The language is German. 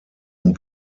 und